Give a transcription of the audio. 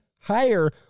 higher